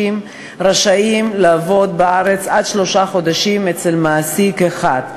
המגיעים לארץ רשאים לעבוד בארץ עד שלושה חודשים אצל מעסיק אחד,